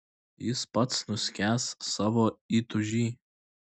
jis pats nuskęs savo įtūžy